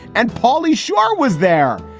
and polly schwa was there.